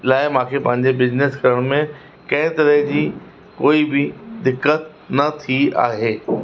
लाइ मूंखे पंहिंजे बिजनिस करण में कंहिं तरह जी कोई बि दिक़त न थी आहे